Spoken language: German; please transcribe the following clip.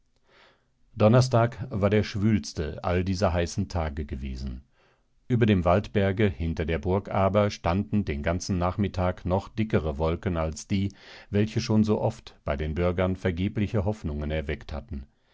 donnerstag war der schwülste all dieser heißen tage gewesen über dem waldberge hinter der burg aber standen den ganzen nachmittag noch dickere wolken als die welche schon so oft bei den bürgern vergebliche hoffnungen erweckt hatten